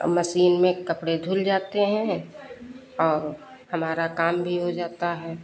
अब मशीन में कपड़े धुल जाते हैं और हमारा काम भी हो जाता है